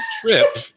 trip